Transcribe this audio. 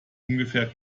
ungefähr